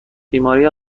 بیماری